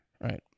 Right